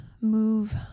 move